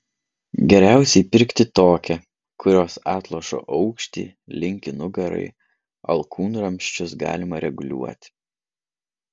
geriausiai pirkti tokią kurios atlošo aukštį linkį nugarai alkūnramsčius galima reguliuoti